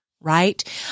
right